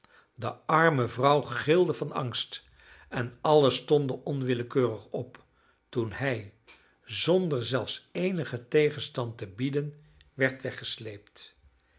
de arme vrouw gilde van angst en allen stonden onwillekeurig op toen hij zonder zelfs eenigen tegenstand te bieden werd weggesleept